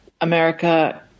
America